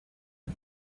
all